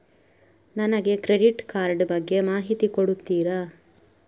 ನನಗೆ credit card ಬಗ್ಗೆ ಮಾಹಿತಿ ಕೊಡುತ್ತೀರಾ?